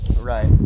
Right